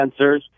sensors